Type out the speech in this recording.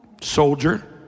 Soldier